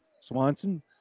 Swanson